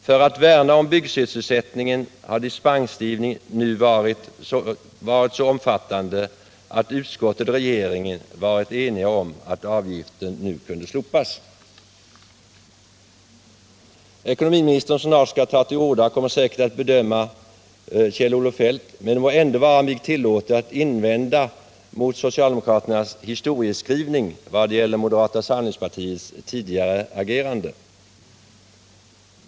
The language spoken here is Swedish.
För att värna om byggsysselsättningen har man nu gjort dispensgivningen så omfattande att utskottet och regeringen varit eniga om att avgiften kunde slopas. Ekonomiministern, som snart skall ta till orda, kommer säkert att bemöta Kjell-Olof Feldt, men det må ändå vara mig tillåtet att invända mot socialdemokraternas historieskrivning vad gäller moderata samlingspartiets tidigare agerande.